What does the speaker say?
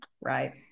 right